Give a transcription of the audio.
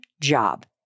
job